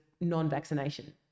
non-vaccination